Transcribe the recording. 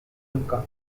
company